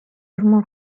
مرغ